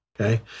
Okay